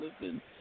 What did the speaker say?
listen